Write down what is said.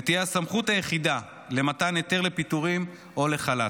ותהיה הסמכות היחידה למתן היתר לפיטורים או לחל"ת,